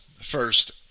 first